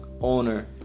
owner